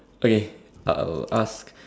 okay I'll ask